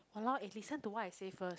!walao! eh listen to what I say first